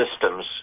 systems